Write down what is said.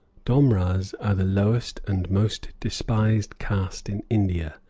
domras are the lowest and most despised caste in india,